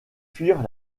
fuir